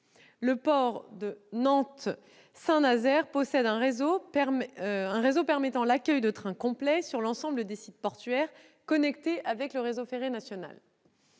Le port de Nantes-Saint-Nazaire possède un réseau permettant l'accueil de trains complets sur l'ensemble des sites portuaires connectés avec le réseau ferré national.